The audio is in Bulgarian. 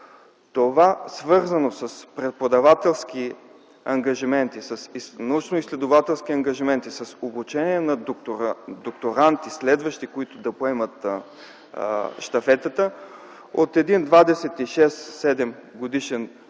Това, свързано с преподавателски ангажименти, с научноизследователски ангажименти, с обучение на следващи докторанти, които да поемат щафетата, от един 26-27-годишен